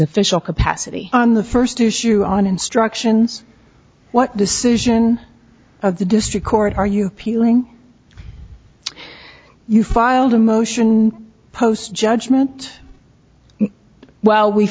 official capacity on the first issue on instructions what decision of the district court are you pealing you filed a motion post judgment well we